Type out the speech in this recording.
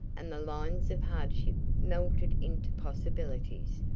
and the lines of hardship melted into possibilities,